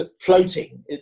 floating